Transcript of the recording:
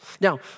Now